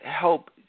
help